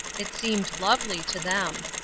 it seemed lovely to them.